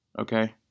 Okay